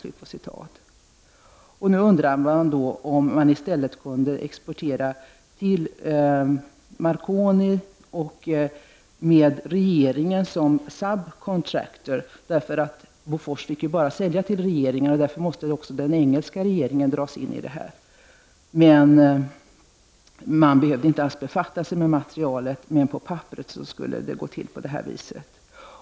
Man undrade då om man i stället kunde exportera till Marconi med regeringen som sub-contractor. Eftersom Bofors bara fick sälja till regeringen, måste den engelska regeringen dras in i affären. Man behövde alltså inte alls befatta sig med materielen, men på papperet skulle det gå till på det viset.